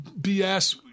BS